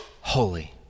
holy